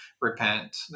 repent